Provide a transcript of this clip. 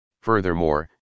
furthermore